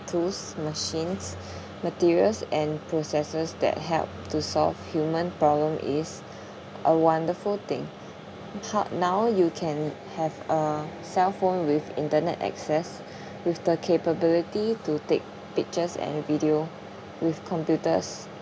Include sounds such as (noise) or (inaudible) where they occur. tools machines (breath) materials and processes that help to solve human problem is a wonderful thing ho~ now you can have a cellphone with internet access (breath) with the capability to take pictures and video with computers